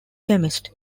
chemist